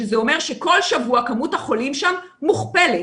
שזה אומר שכל שבוע כמות החולים שם מוכפלת,